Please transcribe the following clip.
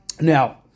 Now